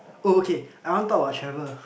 oh okay I want talk about travel